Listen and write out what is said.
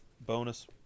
bonus